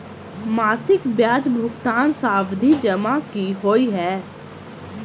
मासिक ब्याज भुगतान सावधि जमा की होइ है?